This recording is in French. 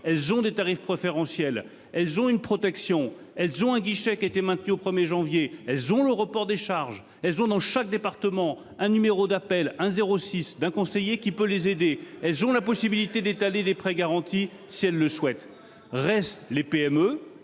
Elles ont des tarifs préférentiels. Elles ont une protection, elles ont un guichet qui était maintenu au 1er janvier, elles ont le report des charges elles ont dans chaque département un numéro d'appel un 06 d'un conseiller qui peut les aider. Elles ont la possibilité d'étaler les prêts garantis si elle le souhaite. Reste les PME